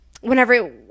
whenever